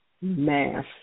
mass